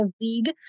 league